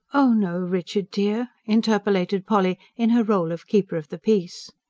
oh no, richard dear! interpolated polly, in her role of keeper-of-the-peace.